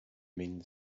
mean